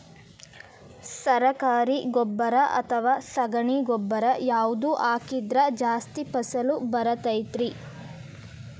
ಸರಕಾರಿ ಗೊಬ್ಬರ ಅಥವಾ ಸಗಣಿ ಗೊಬ್ಬರ ಯಾವ್ದು ಹಾಕಿದ್ರ ಜಾಸ್ತಿ ಫಸಲು ಬರತೈತ್ರಿ?